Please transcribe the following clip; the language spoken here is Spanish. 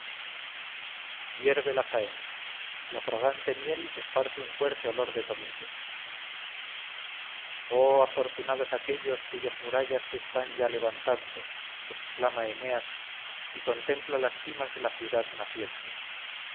hierve la faena la fragante miel esparce un fuerte olor de tomillo oh afortunados aquellos cuyas murallas se están ya levantando exclama eneas y contempla las cimas de la ciudad naciente